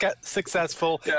successful